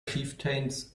chieftains